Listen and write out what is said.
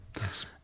yes